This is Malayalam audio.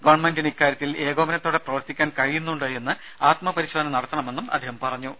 ഗവൺമെന്റിന് ഇക്കാര്യത്തിൽ ഏകോപനത്തോടെ പ്രവർത്തിക്കാൻ കഴിയുന്നുണ്ടോ എന്ന് ആത്മപരിശോധന നടത്തണമെന്നും അദ്ദേഹം പറഞ്ഞു